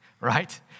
right